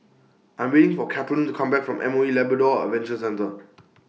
I'm waiting For Katlyn to Come Back from M O E Labrador Adventure Centre